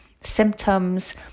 symptoms